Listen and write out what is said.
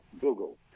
Google